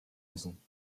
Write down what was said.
müssen